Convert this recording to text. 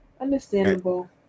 understandable